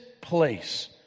place